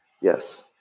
Yes